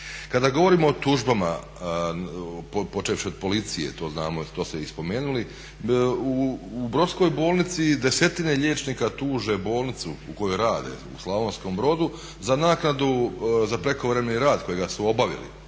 Kada govorimo o tužbama, počevši od policije, to znamo, to ste i spomenuli, u brodskoj bolnici desetine liječnika tuže bolnicu u kojoj rade u Slavonskom Brodu za naknadu za prekovremeni rad kojega su obavili,